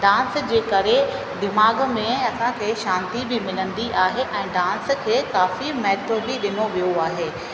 dance जे करे दिमाग़ में असांखे शांती बि मिलंदी आहे ऐं डांस खे काफ़ी महत्व बि ॾिनो वियो आहे